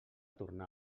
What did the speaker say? tornar